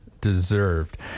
deserved